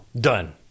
done